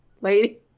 lady